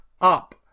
up